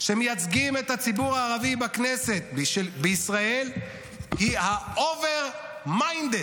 שמייצגים את הציבור הערבי בכנסת בישראל היא ה-Over Minded